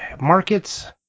markets